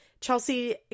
Chelsea